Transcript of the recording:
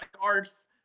arts